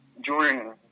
Jordan